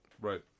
Right